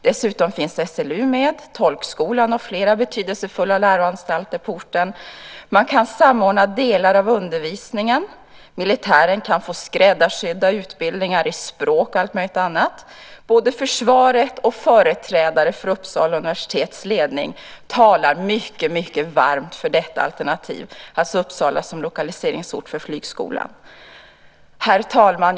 Dessutom finns SLU, tolkskolan och flera betydelsefulla läroanstalter på orten. Man kan samordna delar av undervisningen. Militären kan få skräddarsydda utbildningar i språk och allt möjligt annat. Både försvaret och företrädare för Uppsala universitets ledning talar mycket varmt för detta alternativ, det vill säga Uppsala som lokaliseringsort för flygskolan. Herr talman!